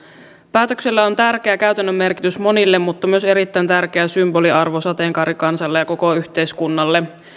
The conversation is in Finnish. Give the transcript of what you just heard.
päätöksellä on tärkeä käytännön merkitys monille mutta myös erittäin tärkeä symboliarvo sateenkaarikansalle ja koko yhteiskunnalle